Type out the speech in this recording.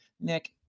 Nick